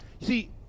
See